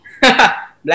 Black